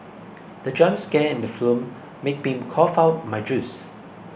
the jump scare in the film made been cough out my juice